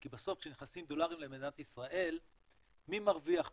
כי בסוף כשנכנסים דולרים למדינת ישראל מי מרוויח מזה?